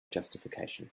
justification